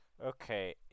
Okay